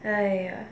!aiya!